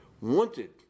wanted